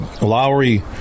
Lowry